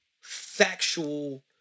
Factual